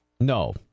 No